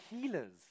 healers